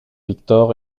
victor